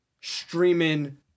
streaming